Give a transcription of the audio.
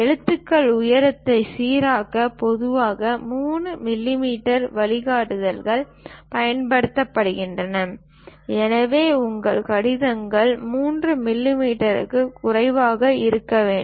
எழுத்து உயரத்தை சீராக்க பொதுவாக 3 மில்லிமீட்டர் வழிகாட்டுதல்கள் பயன்படுத்தப்படும் எனவே உங்கள் கடிதங்கள் 3 மில்லிமீட்டருக்கும் குறைவாக இருக்க வேண்டும்